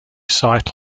site